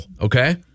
Okay